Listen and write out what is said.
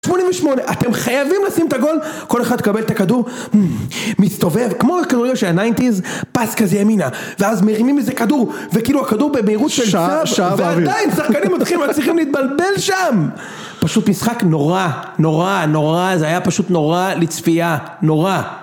88', אתם חייבים לשים את הגול, כל אחד מקבל את הכדור, מסתובב, כמו הכדורים של הניינטיז, פס כזה ימינה, ואז מרימים איזה כדור, וכאילו הכדור במהירות של צב - שעה, שעה באוויר - ועדיין, שחקנים מתחילים, מצליחים להתבלבל שם! פשוט משחק נורא. נורא, נורא, זה היה פשוט נורא לצפייה. נורא.